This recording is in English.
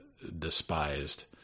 despised